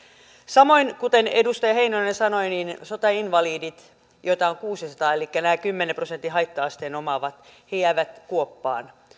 samoin kuten edustaja heinonen sanoi sotainvalidit joita on kuusisataa elikkä nämä kymmenen prosentin haitta asteen omaavat jäävät kuoppaan